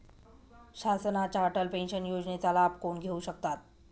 शासनाच्या अटल पेन्शन योजनेचा लाभ कोण घेऊ शकतात?